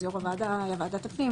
אז יו"ר ועדת הפנים,